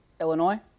Illinois